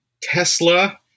Tesla